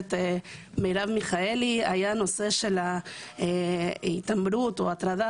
הכנסת מרב מיכאלי הוא נושא התעמרות או הטרדה